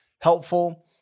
helpful